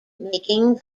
making